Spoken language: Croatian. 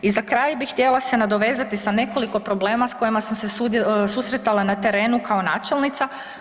I za kraj bih htjela se nadovezati sa nekoliko problema s kojima sam se susretala na terenu kao načelnica.